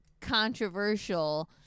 controversial